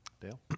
Dale